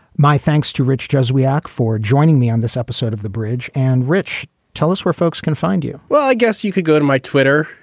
my thanks to rich as we act for joining me on this episode of the bridge. and rich, tell us where folks can find you well, i guess you could go to my twitter.